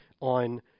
on